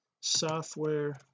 software